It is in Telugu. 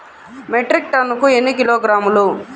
మెట్రిక్ టన్నుకు ఎన్ని కిలోగ్రాములు?